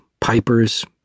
Pipers